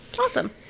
awesome